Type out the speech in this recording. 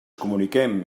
comuniquem